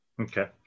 Okay